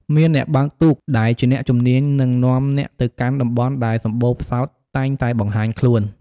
មានអ្នកបើកទូកដែលជាអ្នកជំនាញនឹងនាំអ្នកទៅកាន់តំបន់ដែលសម្បូរផ្សោតតែងតែបង្ហាញខ្លួន ។